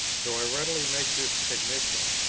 though i readily make this admission,